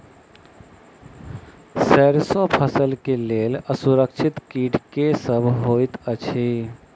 सैरसो फसल केँ लेल असुरक्षित कीट केँ सब होइत अछि?